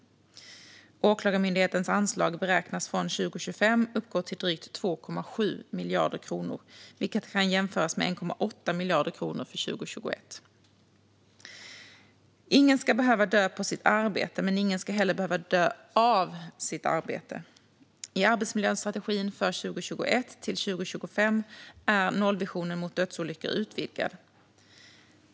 Åklagarmyndighetens anslag beräknas från 2025 uppgå till drygt 2,7 miljarder kronor, vilket kan jämföras med 1,8 miljarder kronor för 2021. Ingen ska behöva dö på sitt arbete, men ingen ska heller behöva dö av sitt arbete. I arbetsmiljöstrategin för 2021-2025 är nollvisionen mot dödsolyckor utvidgad.